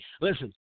Listen